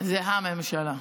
זה לא חלק, רע"מ זה הממשלה.